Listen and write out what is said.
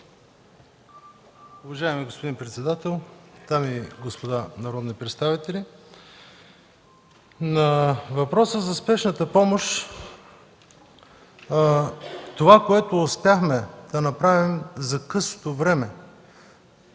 Уважаеми господин председател, дами и господа народни представители! На въпроса за Спешната помощ. Това, което успяхме да направим за късото време,